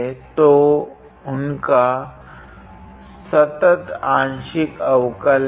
तो उनका संतत् आंशिक अवकल है